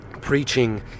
preaching